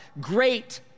great